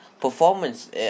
Performance